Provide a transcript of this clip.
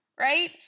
right